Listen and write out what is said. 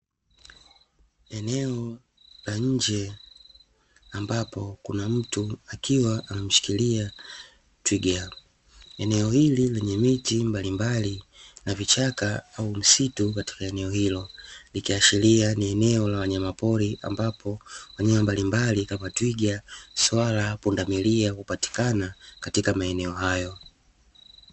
Eneo la nje ambapo kuna mtu akiwa ameshikilia twiga, eneo hili lenye miti mbalimbali na vichaka vya misitu katika eneo hilo ikiashiria ni eneo la wanyama pori ambapo wanyama mbalimbali kama vile twiga, swala, pundamilia hupatikana katika maeneo hayo.